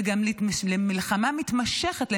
וגם למלחמה מתמשכת,